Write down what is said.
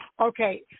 Okay